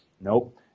Nope